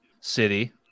City